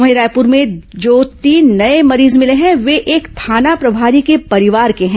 वहीं रायपुर में जो तीन नये मरीज मिले हैं वे एक थाना प्रभारी के परिवार के हैं